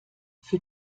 für